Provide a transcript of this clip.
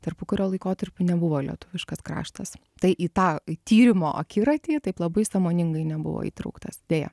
tarpukario laikotarpiu nebuvo lietuviškas kraštas tai į tą tyrimo akiratį taip labai sąmoningai nebuvo įtrauktas deja